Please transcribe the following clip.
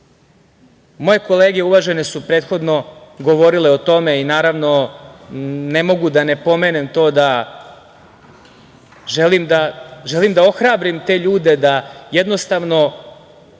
kolege uvažene su prethodno govorile o tome i, naravno, ne mogu da ne pomenem to da želim da ohrabrim te ljude da jednostavno